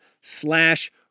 slash